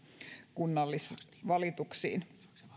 kunnallisvalituksiin